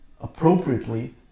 appropriately